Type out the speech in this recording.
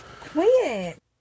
Quiet